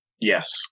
Yes